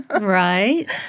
Right